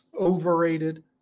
overrated